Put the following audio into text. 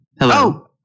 Hello